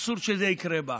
אסור שזה יקרה בה.